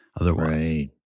otherwise